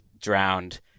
drowned